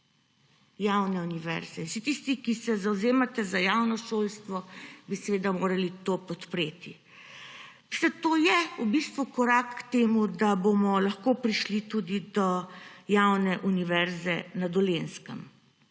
javne univerze. Vsi tisti, ki se zavzemate za javno šolstvo, bi morali to podpreti. Vse to je v bistvu korak k temu, da bomo lahko prišli tudi do javne univerze na Dolenjskem.